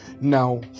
Now